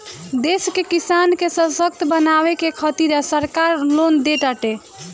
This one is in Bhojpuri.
देश के किसान के ससक्त बनावे के खातिरा सरकार लोन देताटे